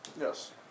Yes